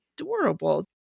adorable